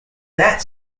that